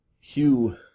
Hugh